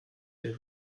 der